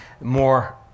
more